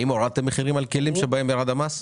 האם הורדתם מחירים על כלים בהם ירד המס?